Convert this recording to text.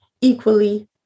equally